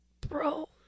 Bro